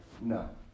No